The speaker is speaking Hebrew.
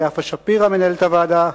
ליפה שפירא מנהלת הוועדה,